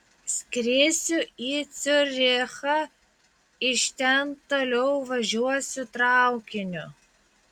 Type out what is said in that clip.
skrisiu į ciurichą iš ten toliau važiuosiu traukiniu